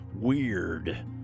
Weird